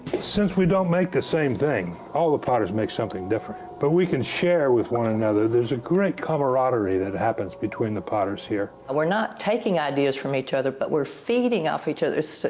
since we don't make the same thing, all the potters make something different. but we can share with one another. there's a great camaraderie that happens between the potters here. we're not taking ideas from each other, but we're feeding off each other. so